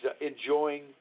enjoying